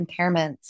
impairments